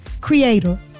creator